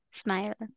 smile